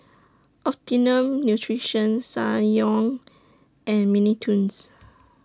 Optimum Nutrition Ssangyong and Mini Toons